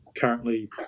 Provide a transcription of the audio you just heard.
currently